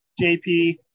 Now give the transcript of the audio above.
JP